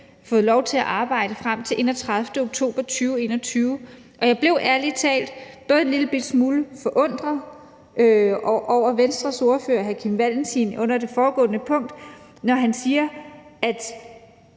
fået lov til at arbejde frem til den 31. oktober 2021. Og jeg blev ærligt talt en lillebitte smule forundret over Venstres ordfører, hr. Kim Valentin, under det foregående punkt, da han sagde, at